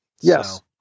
Yes